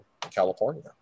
California